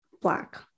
Black